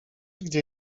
gdzie